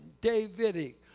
Davidic